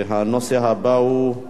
הנושא הבא הוא: